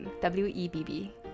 W-E-B-B